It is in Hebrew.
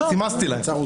סימסתי לו.